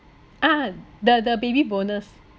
ah the the baby bonus